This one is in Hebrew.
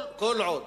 כל עוד